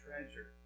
treasure